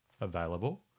available